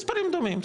מספרים דומים.